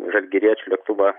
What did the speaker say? žalgiriečių lėktuvą